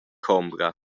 combra